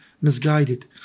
misguided